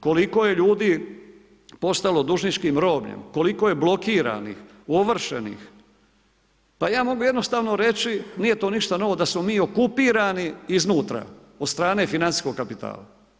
Koliko je ljudi postalo dužničkim robljem, koliko je blokiranih, ovršenih, pa ja mogu jednostavno reći nije to ništa novo, da smo mi okupirani iznutra od strane financijskog kapitala.